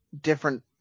different